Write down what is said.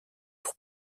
pour